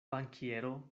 bankiero